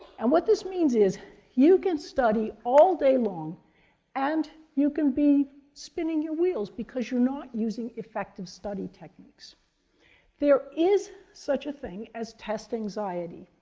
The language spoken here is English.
and what this means is you can study all day long and you can be spinning your wheels because you're not using effective study techniques there is such a thing as test anxiety,